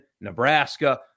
Nebraska